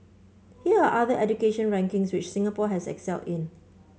here are other education rankings which Singapore has excelled in